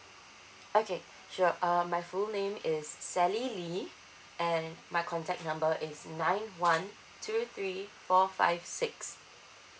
okay sure um my full name is s~ sally lee and my contact number is nine one two three four five six